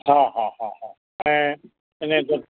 हा हा हा हा ऐं हिन